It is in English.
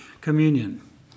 communion